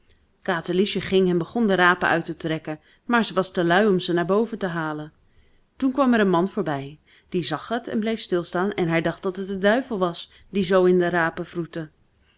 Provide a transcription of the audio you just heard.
katerliesje ging en begon de rapen uit te trekken maar ze was te lui om ze naar boven te halen toen kwam er een man voorbij die zag het en bleef stil staan en hij dacht dat het de duivel was die zoo in de rapen wroette